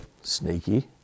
Sneaky